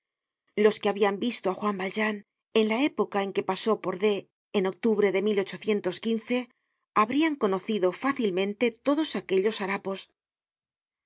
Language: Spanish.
los que habian visto á juan valjean en la época en que pasó por d en octubre de habrian conocido fácilmente todos aquellos harapos